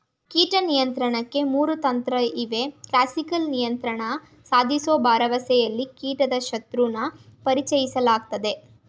ಕೀಟ ನಿಯಂತ್ರಣಕ್ಕೆ ಮೂರು ತಂತ್ರಇವೆ ಕ್ಲಾಸಿಕಲ್ ನಿಯಂತ್ರಣ ಸಾಧಿಸೋ ಭರವಸೆಲಿ ಕೀಟದ ಶತ್ರುನ ಪರಿಚಯಿಸಲಾಗ್ತದೆ